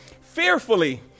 fearfully—